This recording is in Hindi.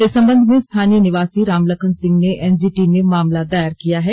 इस संबंध में स्थानीय निवासी रामलखन सिंह ने एनजीटी में मामला दायर किया है